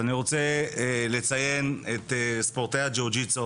אני רוצה לציין את ספורטאי הג'ו ג'יטסו